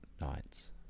night's